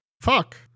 Fuck